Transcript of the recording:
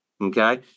Okay